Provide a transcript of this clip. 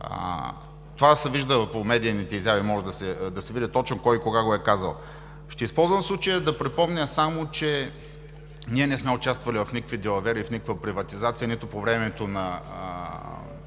Това се вижда по медийните изяви, може да се види точно кой и кога го е казал. Ще използвам случая да припомня само, че ние не сме участвали в никакви далавери и в никаква приватизация нито по времето на